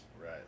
Right